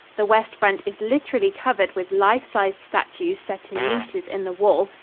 the west front is literally covered with life-sized statues set in niches in the wall,